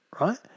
right